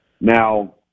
now